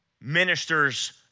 ministers